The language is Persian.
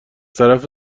طرف